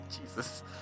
Jesus